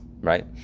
Right